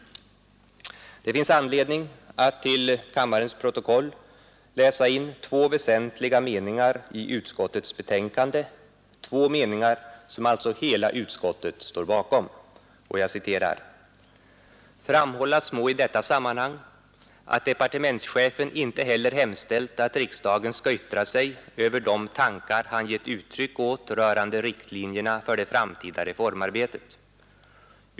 Det finns anledning att till kammarens protokoll läsa in två väsentliga meningar i utskottets betänkande, två meningar som alltså hela utskottet står bakom: ”Framhållas må i detta sammanhang att departementschefen inte heller hemställt att riksdagen skall yttra sig över de tankar han gett uttryck åt rörande riktlinjerna för det framtida reformarbetet.